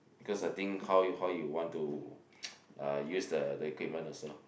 because I think how you how you want to uh use the the equipment also